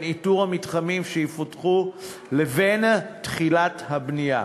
איתור המתחמים שיפותחו לבין תחילת הבנייה.